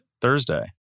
Thursday